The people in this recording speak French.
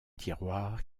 tiroir